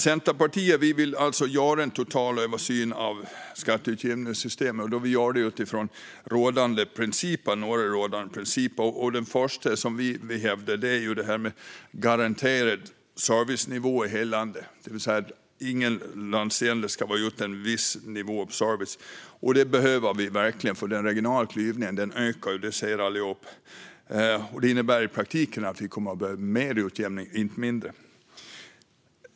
Centerpartiet vill alltså göra en total översyn av skatteutjämningssystemet utifrån några rådande principer. Den första princip som vi vill hävda är en garanterad servicenivå i hela landet, det vill säga att ingen landsända ska vara utan en viss nivå av service. Det behövs verkligen, för den regionala klyvningen ökar. Det innebär i praktiken att vi kommer att behöva mer utjämning, inte mindre.